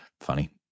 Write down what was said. Funny